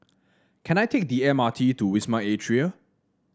can I take the M R T to Wisma Atria